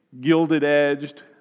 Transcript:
gilded-edged